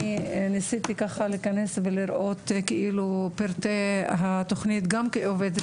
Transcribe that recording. אני ניסיתי ככה להיכנס ולראות כאילו את פרטי התוכנית גם בתור עובדת